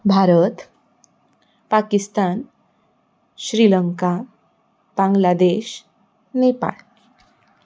Bharat Pakistan Sri Lanka Bangladesh Nepal